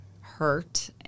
hurt